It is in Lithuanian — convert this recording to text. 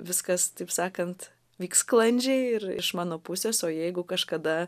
viskas taip sakant vyks sklandžiai ir iš mano pusės o jeigu kažkada